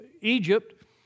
Egypt